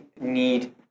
need